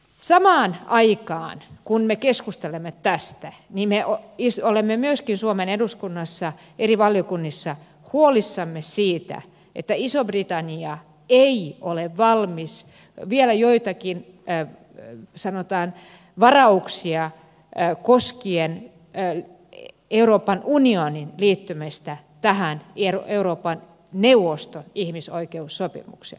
samaan aikaan kun me keskustelemme tästä olemme myöskin suomen eduskunnassa eri valiokunnissa huolissamme siitä jos iso britannia ei ole valmis vielä joihinkin sanotaan varauksiin koskien euroopan unionin liittymistä tähän euroopan neuvoston ihmisoikeussopimukseen